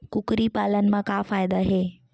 कुकरी पालन म का फ़ायदा हे?